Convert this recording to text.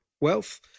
wealth